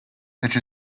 such